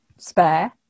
spare